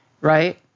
right